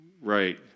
Right